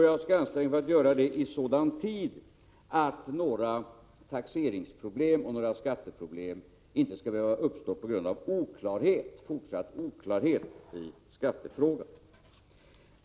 Jag skall då anstränga mig att göra det i sådan tid att några taxeringseller skatteproblem inte skall behöva uppstå på grund av fortsatt oklarhet i skattefrågan.